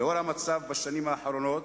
לנוכח המצב בשנים האחרונות,